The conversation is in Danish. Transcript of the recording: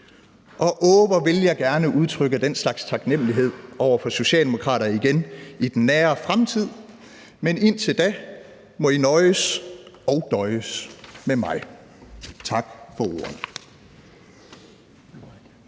Og åh, hvor ville jeg gerne udtrykke den slags taknemmelighed over for socialdemokrater igen i den nære fremtid. Men indtil da må I nøjes og døjes med mig. Tak for ordet.